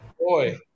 boy